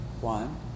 one